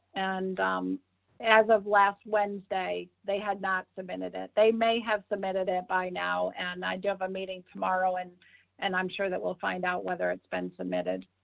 and um as of last wednesday, they had not submitted it. they may have submitted it by now. and i do have a meeting tomorrow and and i'm sure that we'll find out whether it's been submitted.